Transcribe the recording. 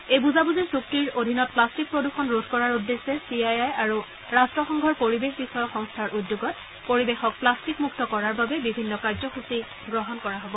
এই বুজাবুজিৰ চুক্তিৰ অধীনত প্লাট্টিক প্ৰদূষণ ৰোধ কৰাৰ উদ্দেশ্যে চি আই আই আৰু ৰট্ৰসংঘৰ পৰিৱেশ বিষয়ক সংস্থাৰ উদ্যোগত পৰিৱেশক গ্লাষ্টিক মুক্ত কৰাৰ বাবে বিভিন্ন কাৰ্যসূচী গ্ৰহণ কৰা হব